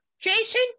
Jason